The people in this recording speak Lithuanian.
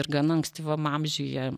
ir gana ankstyvam amžiuje